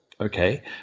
okay